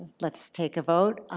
let's take a vote.